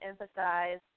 emphasize